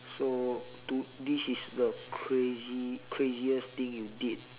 so to this is the crazy craziest thing you did